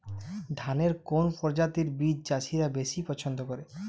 ধানের কোন প্রজাতির বীজ চাষীরা বেশি পচ্ছন্দ করে?